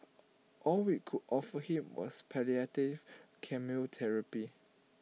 all we could offer him was palliative chemotherapy